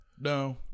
No